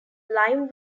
lime